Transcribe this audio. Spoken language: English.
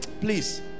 please